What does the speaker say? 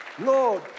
Lord